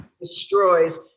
destroys